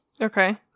Okay